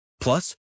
Plus